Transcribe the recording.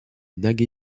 nage